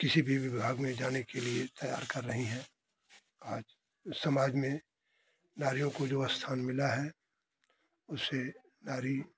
किसी भी विभाग में जाने के लिए तैयार कर रही हैं आज समाज में नारियों को जो स्थान मिला है उसे नारी